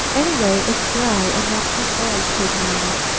anyway, it's dry, and not too cold, said marian.